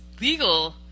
legal